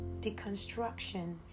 deconstruction